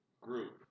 group